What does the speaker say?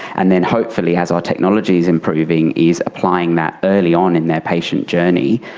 and then hopefully as our technology is improving, is applying that early on in their patient journey,